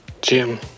Jim